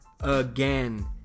again